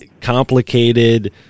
complicated